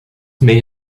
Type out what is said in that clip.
may